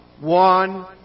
one